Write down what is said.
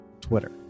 Twitter